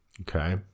okay